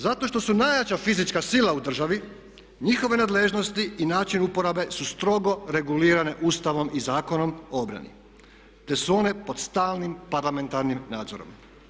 Zato što su najjača fizička sila u državi njihove nadležnosti i način uporabe su strogo regulirane Ustavom i Zakonom o obrani te su one pod stalnim parlamentarnim nadzorom.